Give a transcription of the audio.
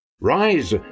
Rise